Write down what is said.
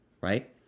right